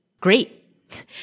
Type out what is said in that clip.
great